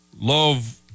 Love